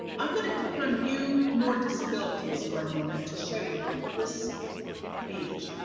i'm going to click on view more disabilities for a moment to show you this page.